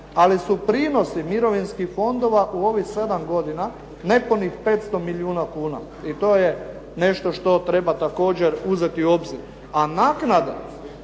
ali su prinosi mirovinskih fondova u ovih sedam godina nepunih 500 milijuna kuna i to je nešto što treba također uzeti u obzir. A naknada